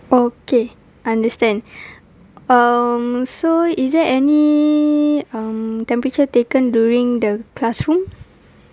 okay understand um so is there any um temperature taken during the classroom